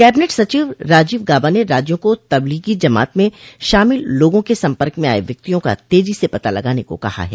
cabinet सचिव राजीव गाबा ने राज्या को तबलीगी जमात में शामिल लोगों के संपर्क में आये व्यक्तियों का तेजी से पता लगाने को कहा है